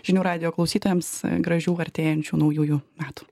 žinių radijo klausytojams gražių artėjančių naujųjų metų